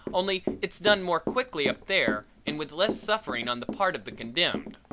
only it's done more quickly up there and with less suffering on the part of the condemned.